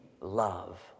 love